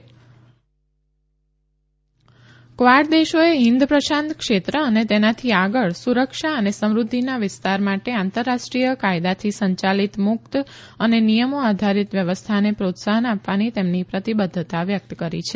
Quad meeting Quad દેશોએ હિંદ પ્રશાંત ક્ષેત્ર અને તેનાથી આગળ સુરક્ષા અને સમૃધ્ધિના વિસ્તાર માટે આંતરરાષ્ટ્રીય કાયદાથી સંચાલિત મુકત અને નિયમો આધારીત વ્યવસ્થાને પ્રોત્સાહન આપવાની તેમની પ્રતિબધ્ધા વ્યકત કરી છે